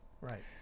right